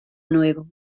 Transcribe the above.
nuevo